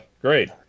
great